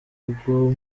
bwo